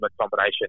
combination